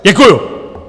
Děkuju!